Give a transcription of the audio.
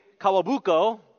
Kawabuko